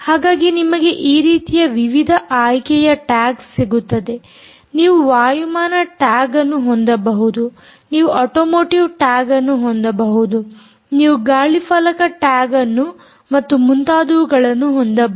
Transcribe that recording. ಹಾಗಾಗಿ ನಿಮಗೆ ಈ ರೀತಿಯ ವಿವಿಧ ಆಯ್ಕೆಯ ಟ್ಯಾಗ್ ಸಿಗುತ್ತದೆ ನೀವು ವಾಯುಯಾನ ಟ್ಯಾಗ್ ಹೊಂದಬಹುದು ನೀವು ಆಟೋ ಮೋಟಿವ್ ಟ್ಯಾಗ್ ಹೊಂದಬಹುದು ನೀವು ಗಾಳಿ ಫಲಕ ಟ್ಯಾಗ್ ಅನ್ನು ಮತ್ತು ಮುಂತಾದವುಗಳನ್ನು ಹೊಂದಬಹುದು